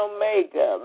Omega